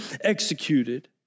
executed